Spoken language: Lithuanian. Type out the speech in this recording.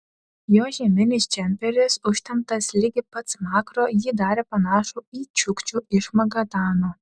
jo žieminis džemperis užtemptas ligi pat smakro jį darė panašų į čiukčių iš magadano